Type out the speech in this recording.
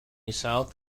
south